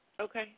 Okay